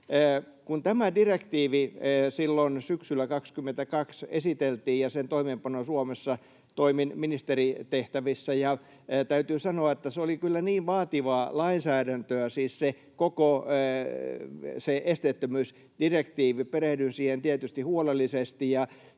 että kun silloin syksyllä 22 esiteltiin tämä direktiivi ja sen toimeenpano Suomessa, toimin ministeritehtävissä. Täytyy sanoa, että se oli kyllä vaativaa lainsäädäntöä, siis koko se esteettömyysdirektiivi. Perehdyin siihen tietysti huolellisesti ja